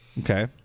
Okay